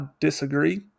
disagree